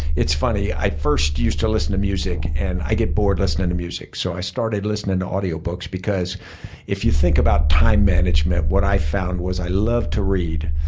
it's funny, i first used to listen to music and i get bored listening to music. so i started listening to audio books because if you think about time management, what i found was, i love to read.